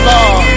Lord